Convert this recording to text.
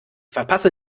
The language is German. verpasse